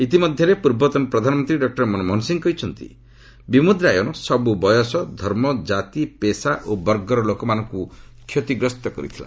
ଇତିମଧ୍ୟରେ ପ୍ରର୍ବତନ ପ୍ରଧାନମନ୍ତ୍ରୀ ଡକ୍କର ମନମୋହନ ସିଂ କହିଛନ୍ତି ବିମୁଦ୍ରାୟନ ସବୁ ବୟସ ଧର୍ମ କାତି ପେସା ଓ ବର୍ଗର ଲୋକଙ୍କୁ କ୍ଷତିଗ୍ରସ୍ତ କରିଥିଲା